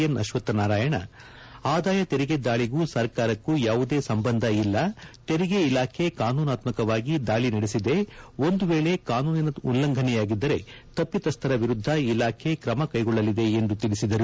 N Ashwath Narayana ಆದಾಯ ತೆರಿಗೆ ದಾಳಿಗೂ ಸರ್ಕಾರಕ್ಕೂ ಯಾವುದೇ ಸಂಬಂಧ ಇಲ್ಲ ತೆರಿಗೆ ಇಲಾಖೆ ಕಾನೂನಾತ್ಮಕವಾಗಿ ದಾಳಿ ನಡೆಸಿದೆ ಒಂದು ವೇಳೆ ಕಾನೂನಿನ ಉಲಂಘನೆಯಾಗಿದ್ದರೆ ತಪ್ಪಿತಸ್ಥರ ವಿರುದ್ದ ಇಲಾಖೆ ಕ್ರಮ ಕೈಗೊಳ್ಳಲಿದೆ ಎಂದು ತಿಳಿಸಿದರು